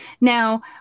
now